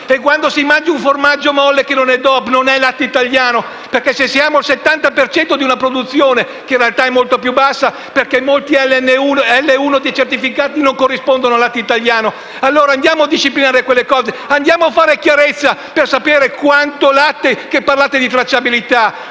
Quando si mangia un formaggio molle che non è DOP, non è latte italiano. Siamo al 70 di una produzione che in realtà è molto più bassa perché molti certificati L1 non corrispondono al latte italiano. Allora, andiamo a disciplinare la materia; andiamo a fare chiarezza per sapere quanto latte italiano - visto che parlate di tracciabilità